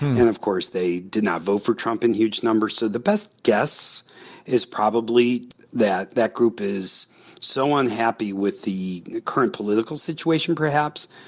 and of course they did not vote for trump in huge numbers. so the best guess is probably that that group is so unhappy with the current political situation, perhaps,